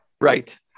Right